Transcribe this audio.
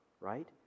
right